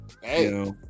Hey